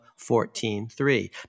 14.3